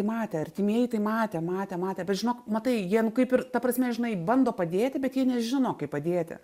matė arttimieji tai matė matė matė bet žinok matai jiem kaip ir ta prasme žinai bando padėti bet jie nežino kaip padėti